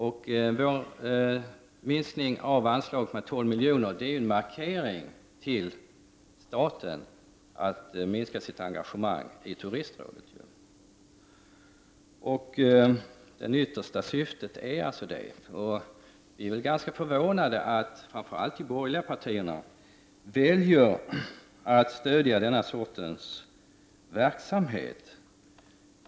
Vårt förslag om en minskning av anslaget med 12 milj.kr. är en markering till staten att minska sitt engagemang i turistrådet. Det är det yttersta syftet. Vi är ganska förvånade över att framför allt de borgerliga partierna väljer att stödja denna typ av verksamhet.